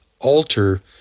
alter